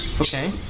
Okay